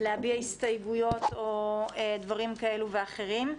להביע הסתייגויות או דברים כאלה ואחרים,